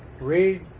read